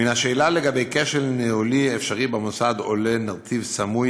מן השאלה לגבי כשל ניהולי אפשרי במוסד עולה נרטיב סמוי